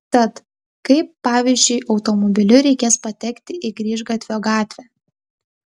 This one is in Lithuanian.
tad kaip pavyzdžiui automobiliu reikės patekti į grįžgatvio gatvę